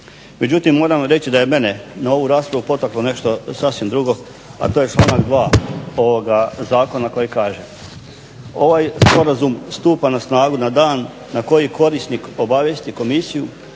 Međutim, moram vam reći da je mene na ovu raspravu potaklo nešto sasvim drugo, a to je članak 2. ovoga Zakona koji kaže: "Ovaj Sporazum stupa na snagu na dan na koji korisnik obavijesti Komisiju